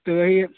تو وہی